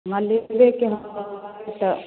हमरा लेबहेके हइ